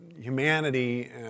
humanity